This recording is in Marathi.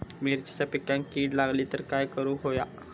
मिरचीच्या पिकांक कीड लागली तर काय करुक होया?